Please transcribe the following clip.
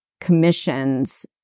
commissions